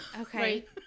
Okay